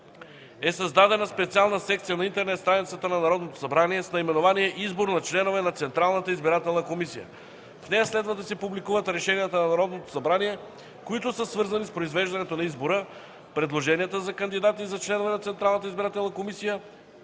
е създадена специална секция на интернет страницата на Народното събрание с наименование „Избор на членове на Централната избирателна комисия”. В нея следва да се публикуват решенията на Народното събрание, които са свързани с произвеждането на избора, предложенията за кандидати за членове на Централната избирателна комисия